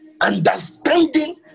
Understanding